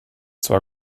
zwar